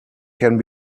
can